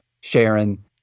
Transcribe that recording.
Sharon